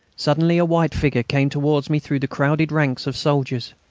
suddenly a white figure came towards me through the crowded ranks of soldiers.